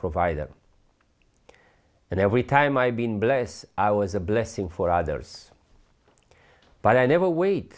provider and every time i've been blessed i was a blessing for others but i never wait